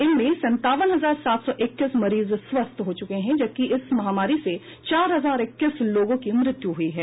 इनमें संतावन हजार सात सौ इक्कीस मरीज स्वस्थ हो चुके हैं जबकि इस महामारी से चार हजार इक्कीस लोगों की मृत्यु हुई है